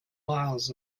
miles